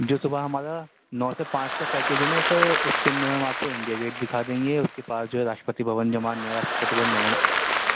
جو صبح ہمارا نو سے پانچ کا پیکیج ہے نا سر اس کے اندر ہم آپ کو انڈیا گیٹ دکھا دیں گے اس کے پاس جو ہے راشٹرپتی بھون جو ہمارا نیا راشٹرپتی بھون